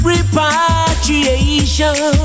Repatriation